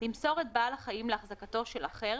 למסור את בעל החיים להחזקתו של אחר,